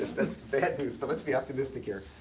that's that's bad news, but let's be optimistic here.